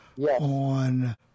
on